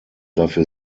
dafür